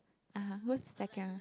uh !huh! who's second